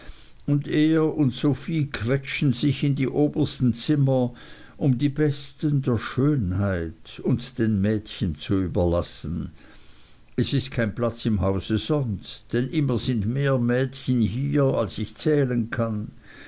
und er und sophie quetschen sich in die obersten zimmer um die besten der schönheit und den mädchen zu überlassen es ist kein platz im hause sonst denn immer sind mehr der mädchen hier als ich zählen kann